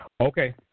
Okay